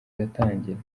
iratangira